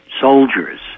soldiers